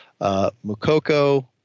Mukoko